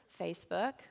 Facebook